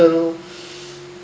until